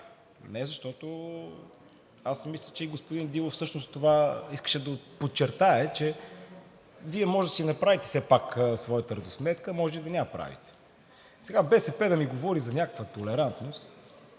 Не, защото, аз мисля, че господин Дилов всъщност това искаше да подчертае, че Вие може да си направите все пак своята равносметка, може и да не я правите. Сега БСП да ми говори за някаква толерантност,